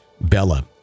Bella